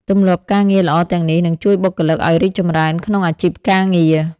ទម្លាប់ការងារល្អទាំងនេះ នឹងជួយបុគ្គលិកឲ្យរីកចម្រើនក្នុងអាជីពការងារ។